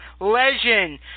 legend